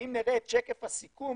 ואם נראה את שקף הסיכום,